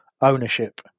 ownership